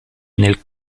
nel